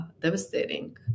devastating